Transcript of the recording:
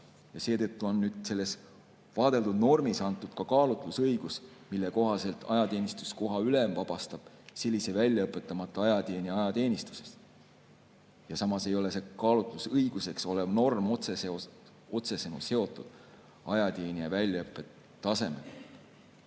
Seetõttu on selles vaadeldud normis antud ka kaalutlusõigus, mille kohaselt ajateenistuskoha ülem vabastab sellise väljaõpetamata ajateenija ajateenistusest. Samas ei ole see kaalutlusõiguseks olev norm otsesõnu seotud ajateenija väljaõppetasemega.